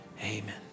amen